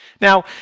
Now